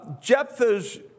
Jephthah's